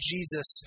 Jesus